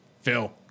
Phil